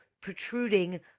protruding